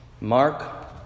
Mark